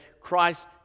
Christ